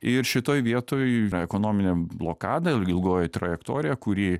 ir šitoj vietoj yra ekonominė blokada ir ilgoji trajektorija kuri